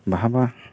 बहाबा